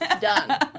Done